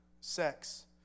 sex